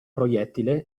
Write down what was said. proiettile